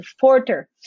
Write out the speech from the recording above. porter